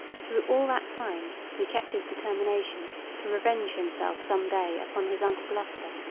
through all that time, he kept his determination to revenge himself some day upon his uncle gloucester,